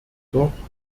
doch